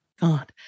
God